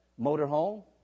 motorhome